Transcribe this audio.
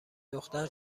دختر